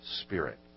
Spirit